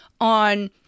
on